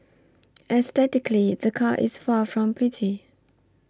aesthetically the car is far from pretty